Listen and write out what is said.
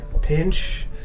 Pinch